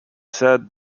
said